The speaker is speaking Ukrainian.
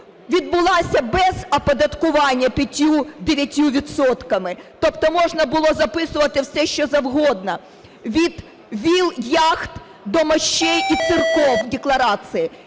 відбулася без оподаткування 5-9 відсотками? Тобто можна було записувати все, що завгодно, від віл, яхт до мощей і церков у декларації,